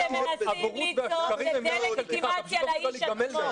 הרי כל מה שהם מנסים לטעון זה דה לגיטימציה לאיש עצמו.